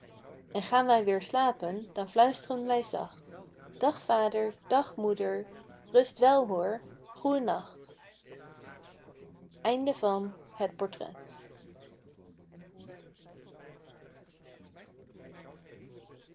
en gaan wij weêr slapen dan fluist'ren wij zacht dag vader dag moeder rust wel hoor goênacht